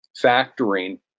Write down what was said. factoring